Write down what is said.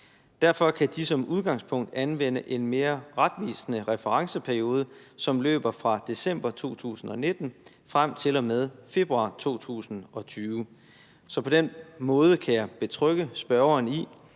Derfor kan de som udgangspunkt anvende en mere retvisende referenceperiode, som løber fra december 2019 frem til og med februar 2020. På den måde kan jeg betrygge spørgeren i,